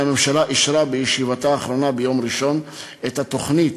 הממשלה אישרה בישיבתה האחרונה ביום ראשון את התוכנית